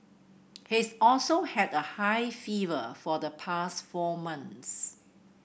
he's also had a high fever for the past four months